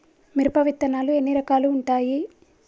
మిరప విత్తనాలు ఎన్ని రకాలు ఉంటాయి?